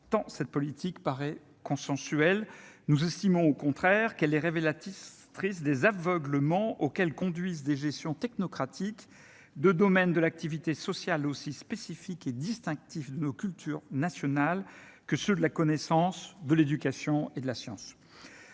tant cette politique paraît consensuel, nous estimons au contraire qu'elle est révélatrice, prise des aveuglements auxquels conduisent des gestion technocratique de domaines de l'activité sociale aussi spécifique et distinctif nos cultures nationales que ceux de la connaissance de l'éducation et de la science,